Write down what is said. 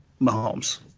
Mahomes